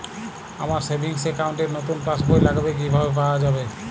আমার savings account র নতুন পাসবই লাগবে কিভাবে পাওয়া যাবে?